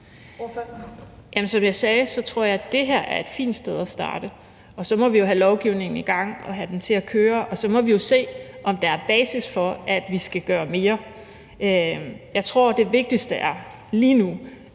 Som jeg sagde, tror jeg, at det her er et fint sted at starte. Og så må vi have lovgivningen i gang og have den til at køre, og så må vi jo se, om der er basis for, at vi skal gøre mere. Jeg tror, at det vigtigste lige nu